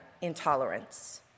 intolerance